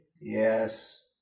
Yes